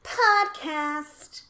podcast